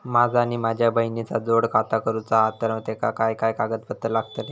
माझा आणि माझ्या बहिणीचा जोड खाता करूचा हा तर तेका काय काय कागदपत्र लागतली?